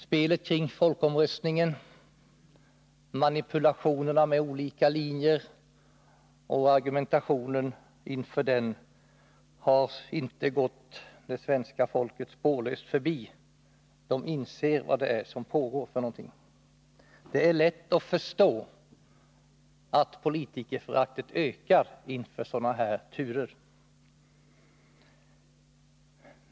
Spelet kring folkomröstningen, manipulationerna med olika linjer och argumentationen inför dem har inte gått det svenska folket spårlöst förbi. Man inser vad det är som pågår. Det är lätt att förstå att politikerföraktet ökar inför sådana här turer.